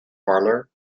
parlour